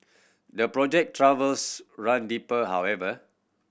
the project troubles run deeper however